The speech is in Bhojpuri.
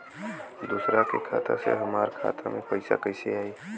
दूसरा के खाता से हमरा खाता में पैसा कैसे आई?